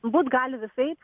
būt gali visaip